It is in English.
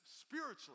spiritually